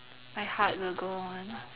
My Heart Will Go On